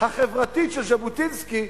החברתית של ז'בוטינסקי,